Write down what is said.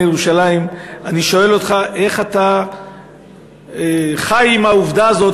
ירושלים אני שואל אותך: איך אתה חי עם העובדה הזאת